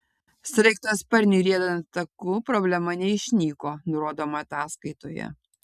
sraigtasparniui riedant taku problema neišnyko nurodoma ataskaitoje